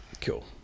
Cool